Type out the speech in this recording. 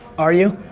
are you?